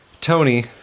Tony